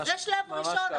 זה שלב ראשון.